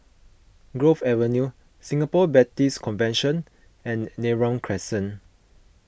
Grove Avenue Singapore Baptist Convention and Neram Crescent